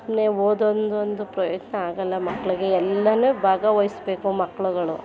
ಸುಮ್ಮನೆ ಓದೋದೊಂದು ಪ್ರಯೋಜನ ಆಗೋಲ್ಲ ಮಕ್ಳಿಗೆ ಎಲ್ಲನೂ ಭಾಗವಹಿಸ್ಬೇಕು ಮಕ್ಕಳುಗಳು